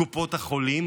קופות החולים,